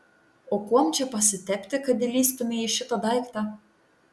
o kuom čia pasitepti kad įlįstumei į šitą daiktą